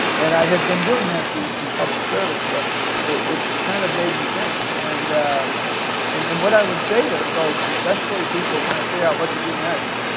and i had been doing that through some public service but it kind of made me think. and and and what i would say to folks, especially people trying to figure out what to do next,